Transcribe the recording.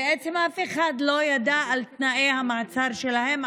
בעצם אף אחד לא ידע על תנאי המעצר שלהם,